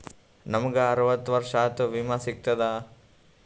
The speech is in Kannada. ನಮ್ ಗ ಅರವತ್ತ ವರ್ಷಾತು ವಿಮಾ ಸಿಗ್ತದಾ?